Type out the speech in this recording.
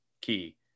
key